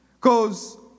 Cause